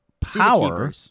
power